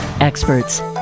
experts